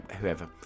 whoever